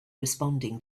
responding